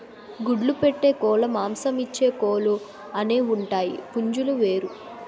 గుడ్లు పెట్టే కోలుమాంసమిచ్చే కోలు అనేవుంటాయి పుంజులు వేరు